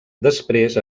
després